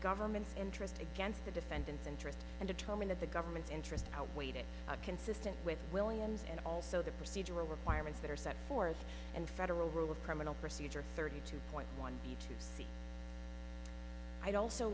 government's interest against the defendants interest and determine that the government's interest outweighed it consistent with williams and also the procedural requirements that are set forth and federal rule of criminal procedure thirty two point one b to c i'd also